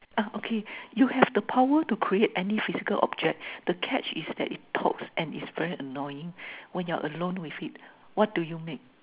okay you have the power to create any physical object the catch is that it talks and it's very annoying when you are alone with it what do you make